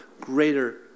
greater